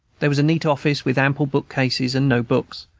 there was a neat office with ample bookcases and no books,